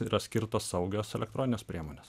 yra skirtos saugios elektroninės priemonės